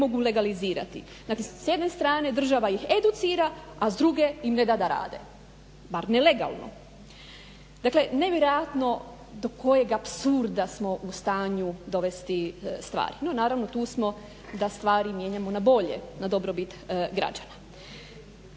mogu legalizirati. S jedne strane ih država educira a s druge im neda da rade, bar ne legalno. Dakle nevjerojatno do kojeg apsurda smo u stanju dovesti stvari no naravno tu smo da stvari mijenjamo na bolje na dobrobit građana.